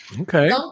Okay